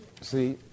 See